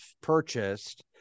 purchased